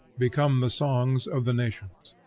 become the songs of the nations.